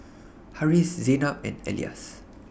Harris Zaynab and Elyas